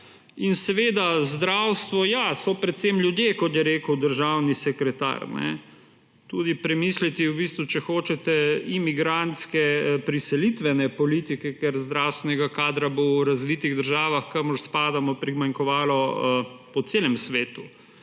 In seveda, zdravstvo: ja, so predvsem ljudje, kot je rekel državni sekretar. Tudi premisliti v bistvu, če hočete imigrantske priselitvene politike, ker zdravstvenega kadra bo v razvitih državah, kamor spadamo, primanjkovalo po celem svetu.